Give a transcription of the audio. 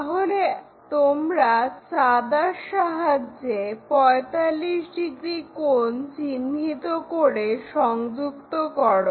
তাহলে তোমরা চাঁদা সাহায্যে 45 ডিগ্রী কোণ চিহ্নিত করে সংযুক্ত করো